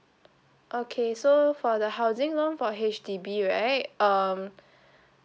okay so for the housing loan for H_D_B right um